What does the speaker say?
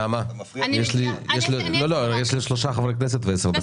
נעמה, יש עוד שלושה חברי כנסת ועשר דקות.